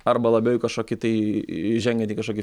arba labiau į kažkokį tai žengiant į kažkokį